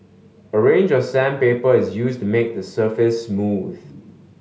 a range of sandpaper is used to make the surface smooth